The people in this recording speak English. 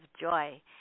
joy